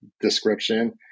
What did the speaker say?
description